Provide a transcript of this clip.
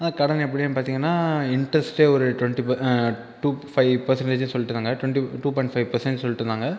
கடன் எப்படினு பார்த்தீங்கனா இன்ரஸ்ட்டே ஒரு ட்வென்டி பர் டூ ஃபைவ் பர்சன்டேஜுனு சொல்லிட்டு இருந்தாங்க twenty two point five percent சொல்லிட்டுருந்தாங்க